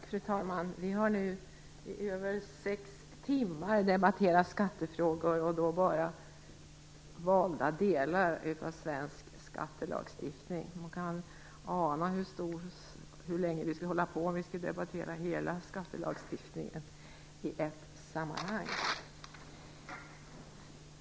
Fru talman! Vi har nu i över sex timmar debatterat skattefrågor, och det gäller bara valda delar av svensk skattelagstiftning. Man kan fråga sig hur länge vi skulle få hålla på om vi skulle debattera hela skattelagstiftningen i ett sammanhang.